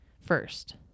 first